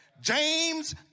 James